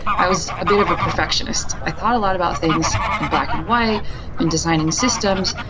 i was a bit of a perfectionist. i thought a lot about things in black and white and designing systems.